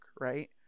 right